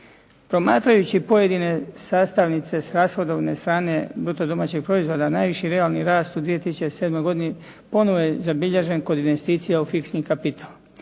Promatrajući pojedine sastavnice s rashodovne strane bruto domaćeg proizvoda najviši realni rast u 2007. godini ponovno je zabilježen kod investicija u fiksni kapital.